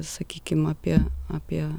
sakykim apie apie